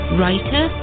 writer